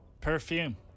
Perfume